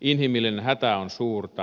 inhimillinen hätä on suurta